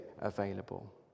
available